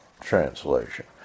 translation